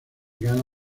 gana